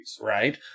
right